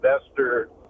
investor